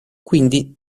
quindi